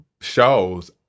shows